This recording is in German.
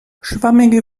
schwammige